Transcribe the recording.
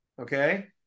Okay